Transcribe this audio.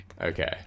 Okay